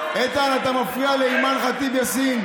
איתן, אתה מפריע לאימאן ח'טיב יאסין.